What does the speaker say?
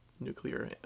nuclear